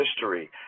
history